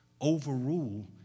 overrule